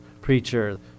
preacher